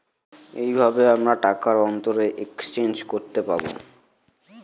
এইভাবে আমরা টাকার অন্তরে এক্সচেঞ্জ করতে পাবো